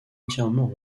entièrement